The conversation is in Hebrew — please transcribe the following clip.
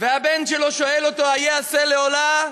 והבן שלו שואל אותו: איה השה לעולה?